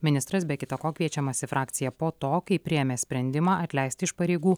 ministras be kita ko kviečiamas į frakciją po to kai priėmė sprendimą atleisti iš pareigų